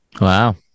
Wow